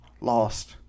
lost